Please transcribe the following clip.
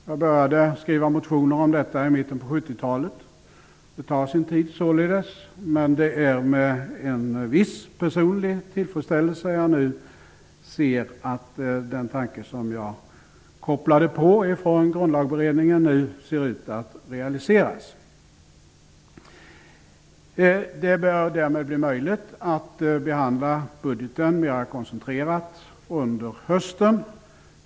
Jag började skriva motioner om detta i mitten av 70-talet. Det tar således sin tid. Men det är med en viss personlig tillfredsställelse som jag nu ser att den tanke som jag kopplade på från Grundlagberedningen nu ser ut att realiseras. Det bör därmed bli möjligt att behandla budgeten mera koncentrerat under hösten.